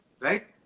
right